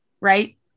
Right